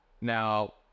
Now